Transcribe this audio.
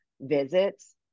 visits